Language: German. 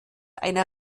einer